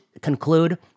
conclude